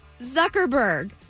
Zuckerberg